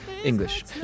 English